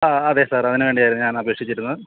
ആ അതേ സാർ അതിന് വേണ്ടിയായിരുന്നു ഞാൻ അപേക്ഷിച്ചിരുന്നത്